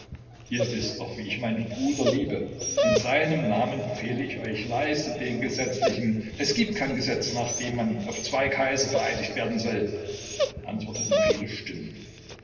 ihr wißt doch wie ich meinen bruder liebe in seinem namen befehle ich euch leistet den gesetzlichen es gibt kein gesetz nach dem man auf zwei kaiser vereidigt werden soll antworteten viele stimmen